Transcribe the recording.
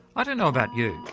i don't know about you,